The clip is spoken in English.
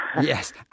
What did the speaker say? Yes